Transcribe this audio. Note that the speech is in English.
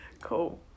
Cool